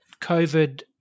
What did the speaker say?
COVID